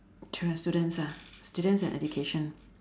through your students ah students and education